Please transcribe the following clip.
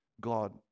God